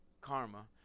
Karma